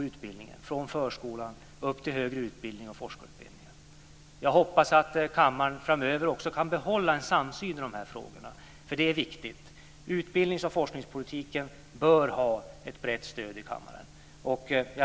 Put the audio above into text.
Jag hoppas att kammaren framöver också kan behålla en samsyn i de här frågorna. Det är viktigt. Utbildnings och forskningspolitiken bör ha ett brett stöd i kammaren.